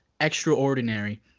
extraordinary